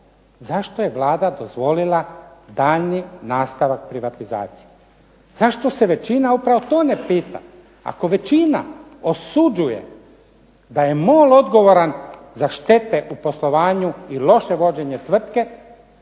zašto je Vlada dozvolila daljnji nastavak privatizacije? Zašto se većina upravo to ne pita. Ako većina osuđuje da je MOL odgovoran za štete u poslovanju i loše vođenje tvrtke